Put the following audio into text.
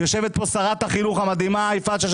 יושבת כאן שרת החינוך המדהימה יפעת שאשא